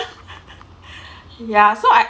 ya so I